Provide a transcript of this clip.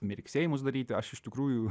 mirksėjimus daryti aš iš tikrųjų